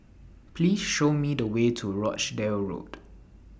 Please Show Me The Way to Rochdale Road